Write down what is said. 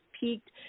peaked